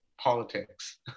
politics